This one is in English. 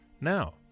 Now